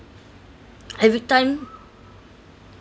every time